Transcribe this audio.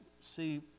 See